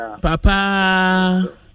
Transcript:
Papa